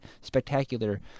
spectacular